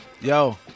Yo